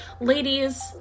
ladies